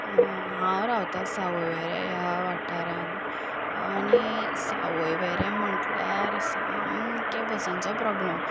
हांव रावतां सावय वेरें ह्या वाठारांत आनी सावय वेरें म्हटल्यार सामकें बसींचो प्रोब्लम